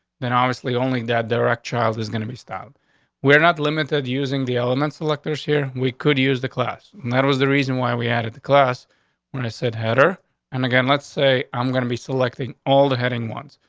then obviously only that direct child is gonna be stopped were not limited. using the element selectors here, we could use the class. and that was the reason why we had at the class when i said header and again, let's say i'm gonna be selecting all the heading ones.